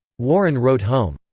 warren wrote home,